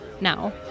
now